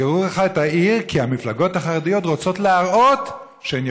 יסגרו לך את העיר כי המפלגות החרדיות רוצות להראות שהן